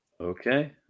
Okay